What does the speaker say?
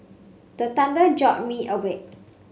the thunder jolt me awake